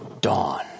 dawn